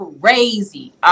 crazy